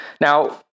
Now